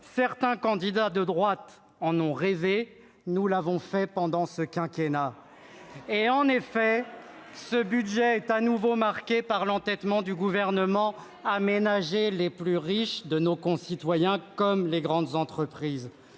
Certains candidats de la droite en ont rêvé, nous l'avons fait pendant ce quinquennat !» Il a dit cela sérieusement ? Et, en effet, ce budget est de nouveau marqué par l'entêtement du Gouvernement à ménager les plus riches de nos concitoyens comme les grandes entreprises.